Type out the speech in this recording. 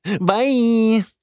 Bye